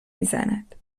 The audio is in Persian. میزند